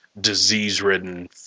disease-ridden